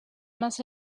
más